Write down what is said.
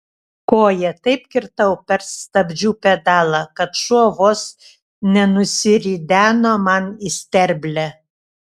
koja taip kirtau per stabdžių pedalą kad šuo vos nenusirideno man į sterblę